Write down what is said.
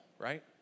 right